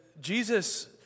Jesus